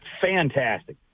fantastic